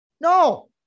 no